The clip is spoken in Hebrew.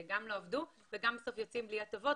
גם לא עבדו, גם בסוף יוצאים בלי הטבות.